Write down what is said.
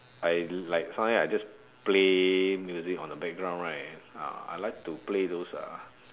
I like sometimes I just play music on the background right ah I like to play those uh